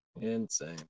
Insane